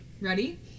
Ready